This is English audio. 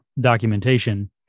documentation